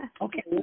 Okay